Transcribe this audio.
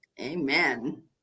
Amen